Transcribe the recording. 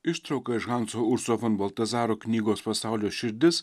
ištrauka iš hanso urso fon baltazaro knygos pasaulio širdis